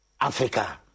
Africa